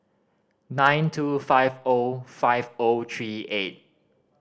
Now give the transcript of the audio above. nine two five O five O three eight